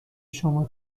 شما